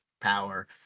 power